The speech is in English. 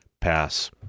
pass